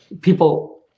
people